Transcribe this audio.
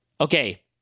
okay